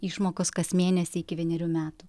išmokos kas mėnesį iki vienerių metų